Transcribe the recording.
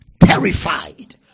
terrified